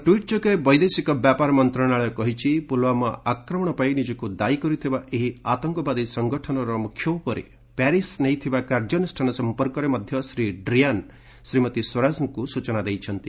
tweet ଯୋଗେ ବୈଦେଶିକ ବ୍ୟାପାର ମନ୍ତ୍ରଣାଳୟ କହିଛି ପୁଲଓ୍ୱାମା ଆକ୍ରମଣ ପାଇଁ ନିଜକ୍ତ ଦାୟୀ କରିଥିବା ଏହି ଆତଙ୍କବାଦୀ ସଂଗଠନର ମ୍ରଖ୍ୟ ଉପରେ ପ୍ୟାରିସ୍ ନେଇଥିବା କାର୍ଯ୍ୟାନୃଷାନ ସଂପର୍କରେ ମଧ୍ୟ ଶ୍ରୀ ଡ଼ିଆନ୍ ଶ୍ରୀମତୀ ସ୍ୱରାଜଙ୍କୁ ସୂଚନା ଦେଇଛନ୍ତି